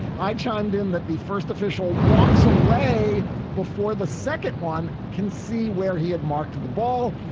i chimed in that the first official walks away before the second one can see where he had marked the ball.